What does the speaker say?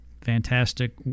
Fantastic